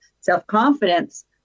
self-confidence